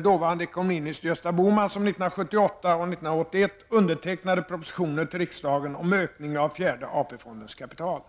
dåvarande ekonomiministern Gösta Bohman -- som 1978 och 1981 undertecknade propositioner till riksdagen om ökning av fjärde AP-fondens kapital.